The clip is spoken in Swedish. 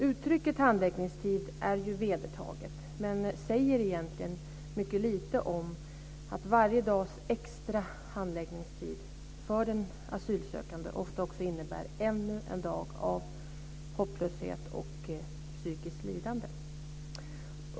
Uttrycket handläggningstid är ju vedertaget men säger egentligen mycket lite om att varje dags extra handläggningstid också ofta innebär ännu en dag av hopplöshet och psykiskt lidande för den asylsökande.